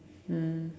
mm